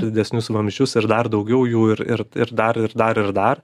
didesnius vamzdžius ir dar daugiau jų ir ir ir dar ir dar ir dar